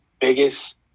biggest